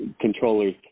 controllers